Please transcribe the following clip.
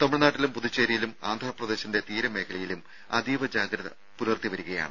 തമിഴ്നാട്ടിലും പുതുച്ചേരിയിലും ആന്ധ്രാപ്രദേശിന്റെ തീര മേഖലയിലും അതീവ ജാഗ്രത പുലർത്തി വരികയാണ്